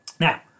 Now